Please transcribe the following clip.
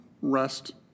rest